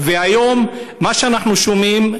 והיום מה שאנחנו שומעים,